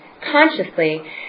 consciously